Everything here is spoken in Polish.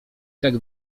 tak